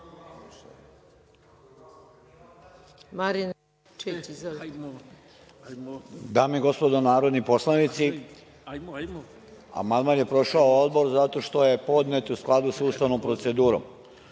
Dame i gospodo narodni poslanici, amandman je prošao Odbor zato što je podnet u skladu sa ustavnom procedurom.